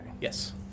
Yes